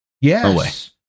Yes